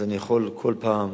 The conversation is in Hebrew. אז אני יכול כל פעם,